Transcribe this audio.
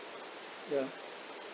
ya